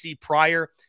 prior